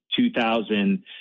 2000